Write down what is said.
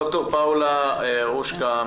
ד"ר פאולה רושקה,